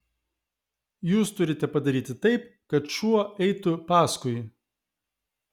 jūs turite padaryti taip kad šuo eitų paskui